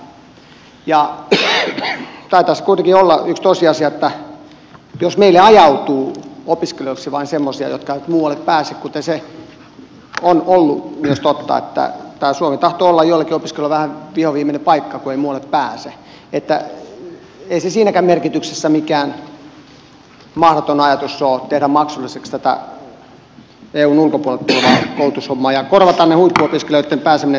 taitaa se kuitenkin olla yksi tosiasia että meille ajautuu opiskelijoiksi vain semmoisia jotka eivät muualle pääse kuten on ollut myös totta että tämä suomi tahtoo olla joillekin opiskelijoille vähän vihoviimeinen paikka kun ei muualle pääse niin että ei se siinäkään merkityksessä mikään mahdoton ajatus ole tehdä maksulliseksi tätä eun ulkopuolelta tulevaa koulutushommaa ja korvata huippuopiskelijoitten pääseminen tänne sitten myös stipendeillä